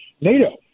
NATO